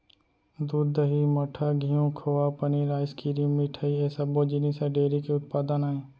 दूद, दही, मठा, घींव, खोवा, पनीर, आइसकिरिम, मिठई ए सब्बो जिनिस ह डेयरी के उत्पादन आय